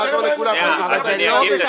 אבל תראה מה הם עושים.